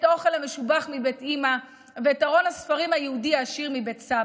את האוכל המשובח מבית אימא ואת ארון הספרים היהודי העשיר מבית סבא.